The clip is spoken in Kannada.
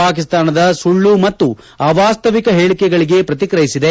ಪಾಕಿಸ್ತಾನದ ಸುಳ್ಳು ಮತ್ತು ಅವಾಸ್ತವಿಕ ಹೇಳಕೆಗಳಗೆ ಪ್ರತಿಕ್ರಿಯಿಸಿದೆ